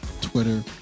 Twitter